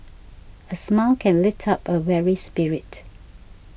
a smile can often lift up a weary spirit